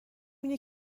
اینه